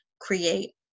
create